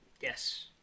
Yes